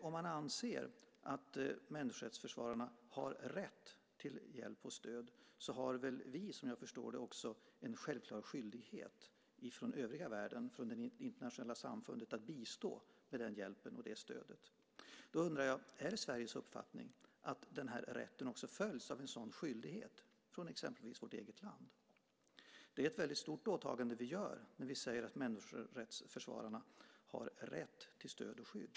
Om man anser att människorättsförvararna har rätt till hjälp och stöd har väl också vi från övriga världen, det internationella samfundet, som jag förstår det, en självklar skyldighet att bistå med den hjälpen och det stödet. Då undrar jag: Är det Sveriges uppfattning att den här rätten följs av en sådan skyldighet från exempelvis vårt eget land? Det är ett väldigt stort åtagande vi gör när vi säger att människorättsförsvararna har rätt till stöd och skydd.